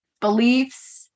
Beliefs